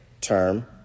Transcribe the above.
term